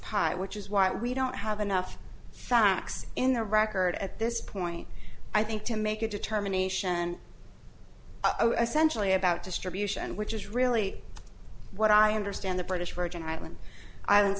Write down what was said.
pile which is why we don't have enough facts in the record at this point i think to make a determination oh essential about distribution which is really what i understand the british virgin island islands